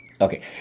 Okay